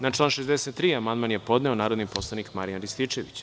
Na član 63. amandman je podneo narodni poslanik Marijan Rističević.